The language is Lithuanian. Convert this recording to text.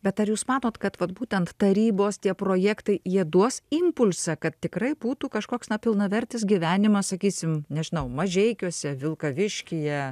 bet ar jūs manot kad vat būtent tarybos projektai jie duos impulsą kad tikrai būtų kažkoks na pilnavertis gyvenimas sakysim nežinau mažeikiuose vilkaviškyje